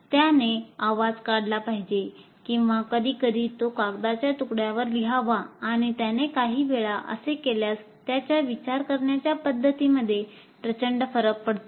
त्याने आवाज काढला पाहिजे किंवा कधीकधी तो कागदाच्या तुकड्यावर लिहावा आणि त्याने काही वेळा असे केल्यास त्याच्या विचार करण्याच्या पद्धतीमध्ये प्रचंड फरक पडतो